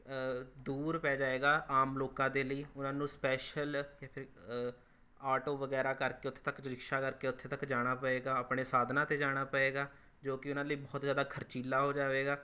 ਦੂਰ ਪੈ ਜਾਏਗਾ ਆਮ ਲੋਕਾਂ ਦੇ ਲਈ ਉਨ੍ਹਾਂ ਨੂੰ ਸਪੈਸ਼ਲ ਜਾਂ ਫਿਰ ਆਟੋ ਵਗੈਰਾ ਕਰਕੇ ਉੱਥੇ ਤੱਕ ਰਿਕਸ਼ਾ ਕਰਕੇ ਉੱਥੇ ਤੱਕ ਜਾਣਾ ਪਏਗਾ ਆਪਣੇ ਸਾਧਨਾਂ 'ਤੇ ਜਾਣਾ ਪਏਗਾ ਜੋ ਕਿ ਉਨ੍ਹਾਂ ਲਈ ਬਹੁਤ ਜ਼ਿਆਦਾ ਖਰੀਚੀਲਾ ਹੋ ਜਾਵੇਗਾ